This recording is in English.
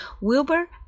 Wilbur